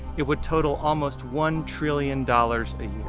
it would total almost one trillion dollars a